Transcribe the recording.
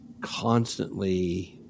constantly